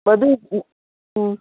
ꯃꯗꯨ